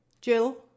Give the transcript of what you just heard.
Jill